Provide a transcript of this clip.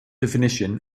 definition